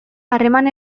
harreman